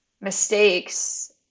mistakes